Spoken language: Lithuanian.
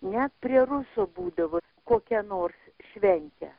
net prie ruso būdavo kokia nors šventė